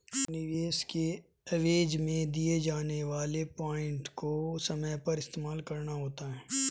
निवेश के एवज में दिए जाने वाले पॉइंट को समय पर इस्तेमाल करना होता है